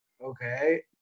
okay